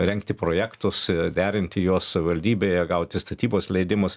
rengti projektus derinti juos savivaldybėje gauti statybos leidimus